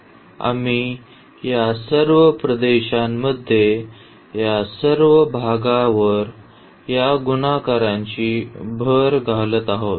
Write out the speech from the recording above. आम्ही या सर्व प्रदेशांमध्ये या सर्व भागावर या गुणाकारांची भर घालत आहोत